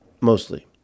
mostly